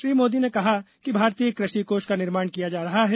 श्री मोदी ने कहा कि भारतीय कृषि कोष का निर्माण किया जा रहा है